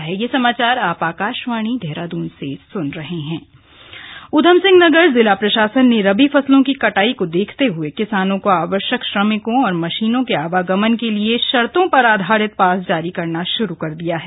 फसल कटाई उधमसिंह नगर जिला प्रशासन ने रबी फसलों की कटाई को देखते हुए किसानों को आवश्यक श्रमिकों और मशीनों के आवागमन के लिए शर्तो पर आधारित पास जारी करना शुरू कर दिया है